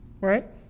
Right